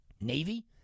Navy